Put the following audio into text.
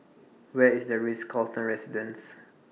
Where IS The Ritz Carlton Residences